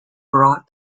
brought